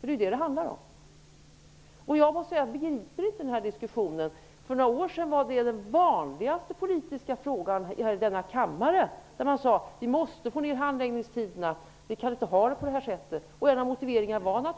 Detta är vad det hela handlar om. Jag begriper inte denna diskussion. För några år sedan var den vanligaste politiska frågan i denna kammare att korta ned handläggningstiderna. Det gick inte att ha de så. En av motiveringarna var